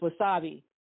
wasabi